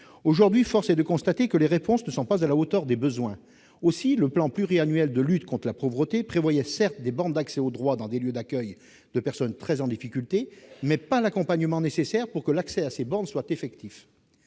Aujourd'hui, force est de constater que les réponses ne sont pas à la hauteur des besoins. Ainsi, le plan pluriannuel de lutte contre la pauvreté prévoyait, certes, des bornes d'accès au droit dans des lieux d'accueil de personnes en grande difficulté, mais pas l'accompagnement nécessaire pour que l'accès à ces bornes soit effectif.